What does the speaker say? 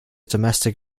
domestic